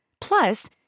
Plus